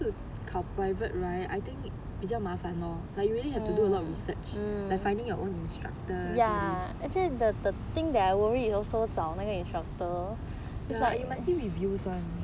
考 private right I think 比较麻烦 loh like you really have to do a lot of research like finding your own instructors all these you must see reviews [one]